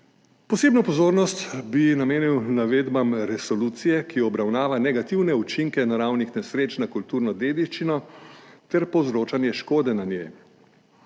Posebno pozornost bi namenil navedbam resolucije, ki obravnava negativne učinke naravnih nesreč na kulturno dediščino ter povzročanje škode na njej.